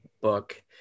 book